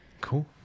Cool